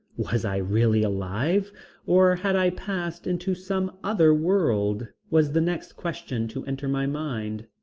was i really alive or had i passed into some other world, was the next question to enter my mind.